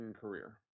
career